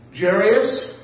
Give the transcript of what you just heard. Jarius